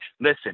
listen